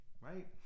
right